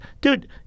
Dude